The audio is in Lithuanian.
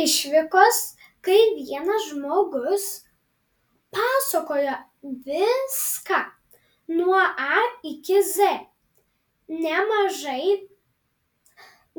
išvykos kai vienas žmogus pasakoja viską nuo a iki z nemažai